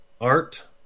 Art